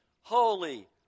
holy